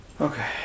Okay